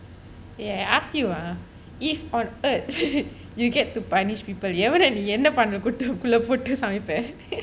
!hey! I ask you ah if on earth you get to punish people எவன நீ என்ன பானக்குட்டு பானக்குள்ள போட்டு சமைப்ப:evan nee enna panakkuttu paanakkulla potto samaiypa